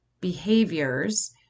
behaviors